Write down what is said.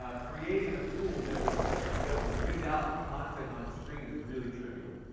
ah creating a tool that would so that would read out the content on the screen is really trivial.